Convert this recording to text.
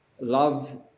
love